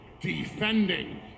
defending